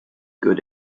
good